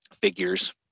figures